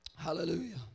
Hallelujah